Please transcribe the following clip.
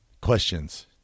questions